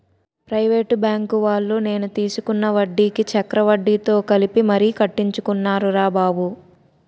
private బాంకువాళ్ళు నేను తీసుకున్న వడ్డీకి చక్రవడ్డీతో కలిపి మరీ కట్టించుకున్నారురా బాబు